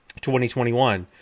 2021